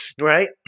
right